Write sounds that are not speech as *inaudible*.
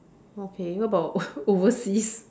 okay what about *laughs* overseas